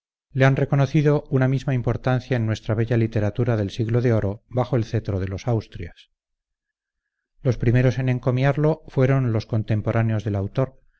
le han reconocido una misma importancia en nuestra bella literatura del siglo de oro bajo el cetro de los austrias los primeros en encomiarlo fueron los contemporáneos del autor